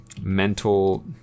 mental